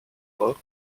book